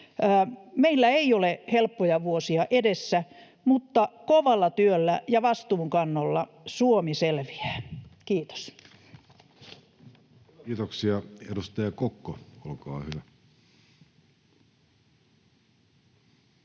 Meillä ei ole helppoja vuosia edessä, mutta kovalla työllä ja vastuunkannolla Suomi selviää. — Kiitos. [Speech 759] Speaker: